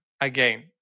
again